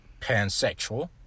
pansexual